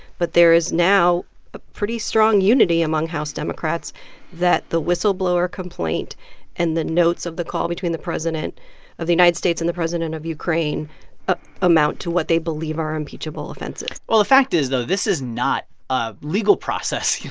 but there is now a pretty strong unity among house democrats that the whistleblower complaint and the notes of the call between the president of the united states and the president of ukraine ah amount to what they believe are impeachable offenses well, the fact is, though, this is not a legal process, you